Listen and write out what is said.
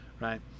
right